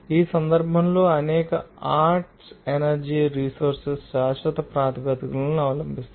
ఈ సందర్భంలో అనేక ఆర్ట్స్ ఎనర్జీ రిసోర్సెస్ శాశ్వత ప్రాతిపదికన లభిస్తాయి